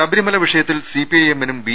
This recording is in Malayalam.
ശബരിമല വിഷയത്തിൽ സിപിഐഎമ്മിനും ബി